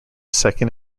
second